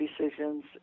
decisions